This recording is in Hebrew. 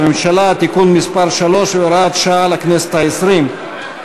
הממשלה (תיקון מס' 3 והוראת שעה לכנסת ה-20).